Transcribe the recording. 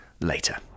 later